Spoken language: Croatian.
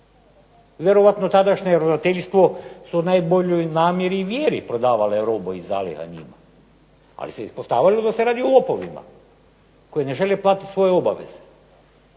Vjerojatno tadašnje ravnateljstvo su u najboljoj namjeri i vjeri prodavale robu iz zaliha njima, ali se ispostavilo da se radi o lopovima koji ne žele platiti svoje obaveze.